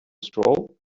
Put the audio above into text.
stroll